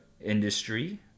industry